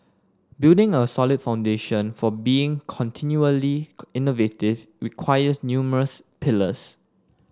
building a solid foundation for being continually innovative requires numerous pillars